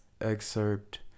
excerpt